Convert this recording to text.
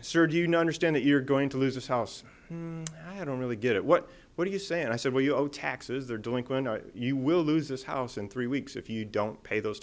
surge you know understand it you're going to lose this house i don't really get it what do you say and i said well you owe taxes they're doing you will lose this house in three weeks if you don't pay those